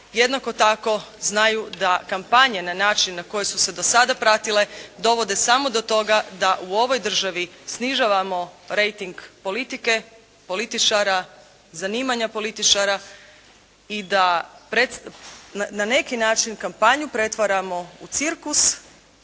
jednako tako znaju da kampanje na način na koji su se do sada pratile dovode samo do toga da u ovoj državi snižavamo reiting politike, političara, zanimanja političara i da na neki način kampanju pretvaramo u cirkus